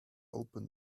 open